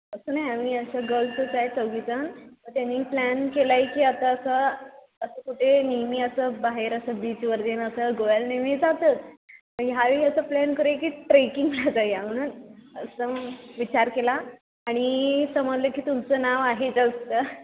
तसं नाही आम्ही अशा गर्ल्सच आहे चौघी जण त्यानी प्लॅन केला आहे की आता असं असं कुठे नेहमी असं बाहेर असं बीचवर तें असं गोव्याला नेहमी जातो ह्या वेळी असं प्लॅन करूया की ट्रेकिंगला जाऊ या म्हणून असं विचार केला आणि समजलं की तुमचं नाव आहे जास्त